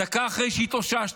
דקה אחרי שהתאוששתם,